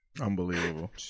Unbelievable